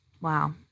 wow